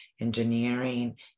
engineering